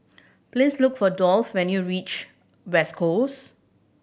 please look for Dolph when you reach West Coast